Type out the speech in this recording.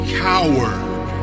coward